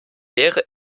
wäre